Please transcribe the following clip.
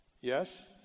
Yes